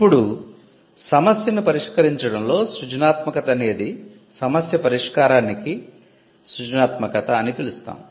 ఇప్పుడు సమస్యను పరిష్కరించడంలో సృజనాత్మకత అనేది సమస్య పరిష్కారానికి సృజనాత్మకత అని పిలుస్తాము